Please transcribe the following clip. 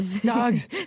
dogs